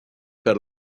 per